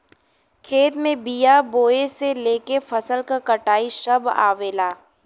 खेत में बिया बोये से लेके फसल क कटाई सभ आवेला